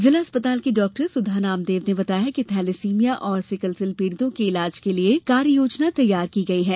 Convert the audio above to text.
जिला अस्पताल की डॉक्टर सुधा नामदेव ने बताया कि थैलीसीमिया और सिकलसेल पीड़ितों के ईलाज के लिये कार्ययोजना तैयार की गई है